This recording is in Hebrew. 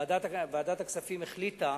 ועדת הכספים החליטה